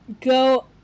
Go